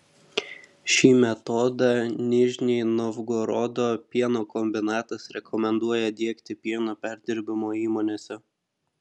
šį metodą nižnij novgorodo pieno kombinatas rekomenduoja diegti pieno perdirbimo įmonėse